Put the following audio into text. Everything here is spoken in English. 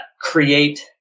create